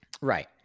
Right